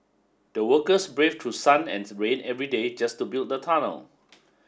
the workers brave to sun and rain every day just to build the tunnel